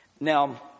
Now